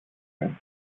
ρούχα